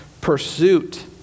pursuit